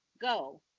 go